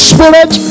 Spirit